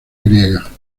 griega